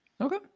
Okay